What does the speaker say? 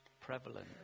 prevalent